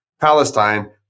Palestine